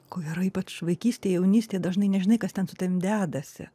ko gero ypač vaikystėj jaunystėj dažnai nežinai kas ten su tavim dedasi